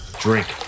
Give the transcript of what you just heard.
drink